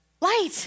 Light